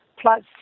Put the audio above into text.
Plus